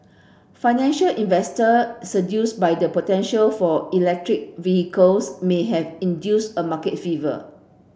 financial investors seduced by the potential for electric vehicles may have induced a market fever